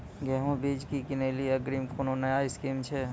गेहूँ बीज की किनैली अग्रिम कोनो नया स्कीम छ?